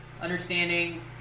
understanding